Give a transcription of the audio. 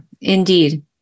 indeed